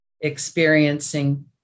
experiencing